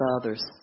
others